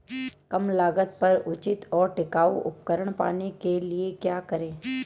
कम लागत पर उचित और टिकाऊ उपकरण पाने के लिए क्या करें?